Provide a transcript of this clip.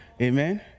amen